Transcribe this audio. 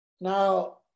Now